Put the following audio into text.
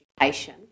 education